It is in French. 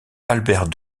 albert